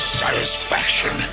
satisfaction